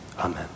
Amen